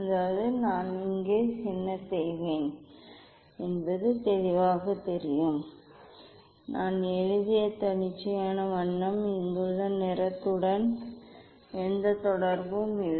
அதாவது நான் இங்கே என்ன செய்வேன் என்பது தெளிவாக இருக்கும் நான் எழுதிய தன்னிச்சையான வண்ணம் இங்குள்ள நிறத்துடன் எந்த தொடர்பும் இல்லை